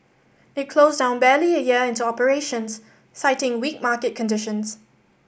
it closed down barely a year into operations citing weak market conditions